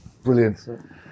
brilliant